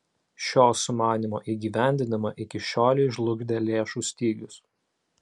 šio sumanymo įgyvendinimą iki šiolei žlugdė lėšų stygius